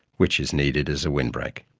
which is needed as a windbreak.